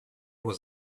was